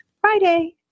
Friday